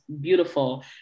beautiful